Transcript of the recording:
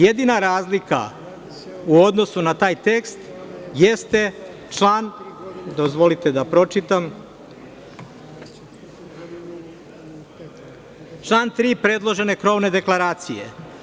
Jedina razlika u odnosu na taj tekst jeste, dozvolite da pročitam, član 3. predložene krovne deklaracije.